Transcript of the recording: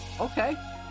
Okay